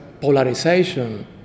polarization